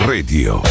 Radio